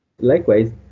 Likewise